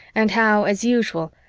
and how, as usual,